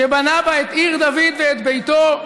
שבנה בה את עיר דוד ואת ביתו.